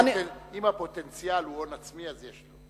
אם הפוטנציאל הוא הון עצמי, אז יש לו.